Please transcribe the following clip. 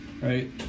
Right